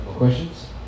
Questions